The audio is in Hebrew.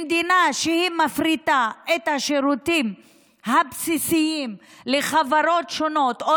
במדינה שמפריטה את השירותים הבסיסיים לחברות שונות או